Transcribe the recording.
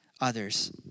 others